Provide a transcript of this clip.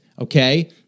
okay